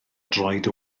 droed